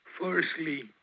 firstly